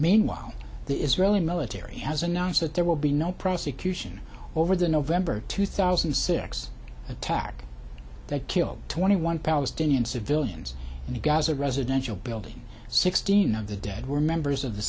meanwhile the israeli military has announced that there will be no prosecution over the november two thousand and six attack that killed twenty one palestinian civilians in the gaza residential building sixteen of the dead were members of the